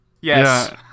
Yes